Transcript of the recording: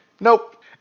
Nope